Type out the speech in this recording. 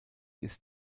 ist